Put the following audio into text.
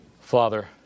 father